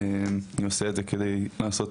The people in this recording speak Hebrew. אני עושה את זה כדי ללמוד